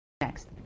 next